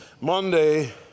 Monday